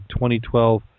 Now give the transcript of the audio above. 2012